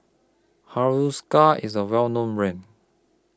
Hiruscar IS A Well known Brand